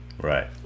Right